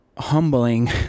humbling